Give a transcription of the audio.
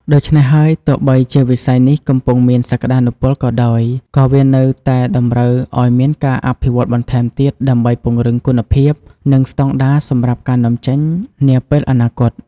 ដូច្នេះហើយ ទោះបីជាវិស័យនេះកំពុងមានសក្តានុពលក៏ដោយ ក៏វានៅតែតម្រូវឲ្យមានការអភិវឌ្ឍបន្ថែមទៀតដើម្បីពង្រឹងគុណភាពនិងស្តង់ដារសម្រាប់ការនាំចេញនាពេលអនាគត។